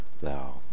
Thou